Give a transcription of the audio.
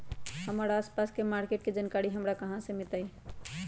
हमर आसपास के मार्किट के जानकारी हमरा कहाँ से मिताई?